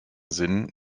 sinn